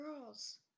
girls